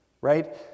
Right